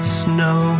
snow